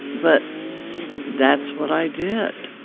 but that's what i did